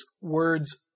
words